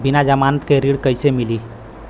बिना जमानत के ऋण कईसे मिली?